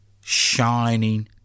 shining